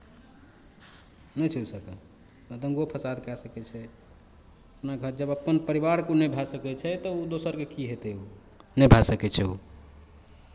नहि छै ओहि सभके दङ्गो फसाद कए सकै छै अपना घर जब अपन परिवारके ओ नहि भए सकै छै तऽ ओ दोसरके की हेतै ओ नहि भए सकै छै ओ